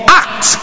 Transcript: act